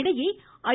இதனிடையே ஐ